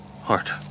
Heart